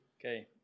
Okay